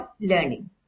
learning